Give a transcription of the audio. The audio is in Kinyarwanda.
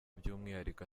by’umwihariko